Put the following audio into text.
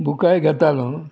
बुकाय घेतालो